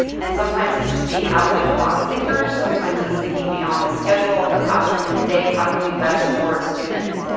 and sometimes it's just being outside of the box thinkers, sometimes it's thinking beyond the schedule of the classroom in the day, how can we best support students?